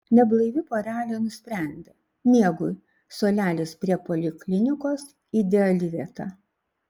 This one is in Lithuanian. neblaivi porelė nusprendė miegui suolelis prie poliklinikos ideali vieta